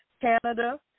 Canada